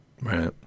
Right